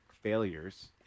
failures